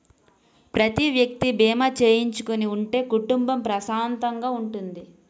ప్రతి వ్యక్తి బీమా చేయించుకుని ఉంటే కుటుంబం ప్రశాంతంగా ఉంటుంది